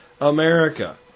America